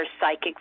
psychic